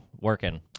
working